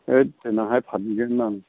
हैद देनांहाय फानहैगोनना आं